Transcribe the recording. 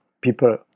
people